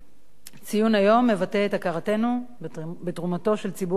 ציון היום מבטא את הכרתנו בתרומתו של ציבור הסטודנטים